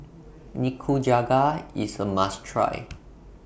Nikujaga IS A must Try